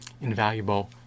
invaluable